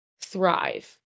thrive